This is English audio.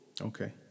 Okay